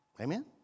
Amen